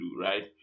right